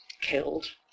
killed